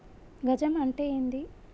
గజం అంటే ఏంది?